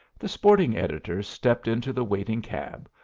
the sporting editor stepped into the waiting cab,